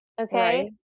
okay